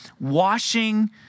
washing